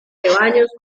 rebaños